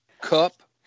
cup